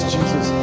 Jesus